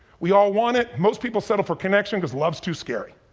we all want it, most people settle for connection cause love's too scary.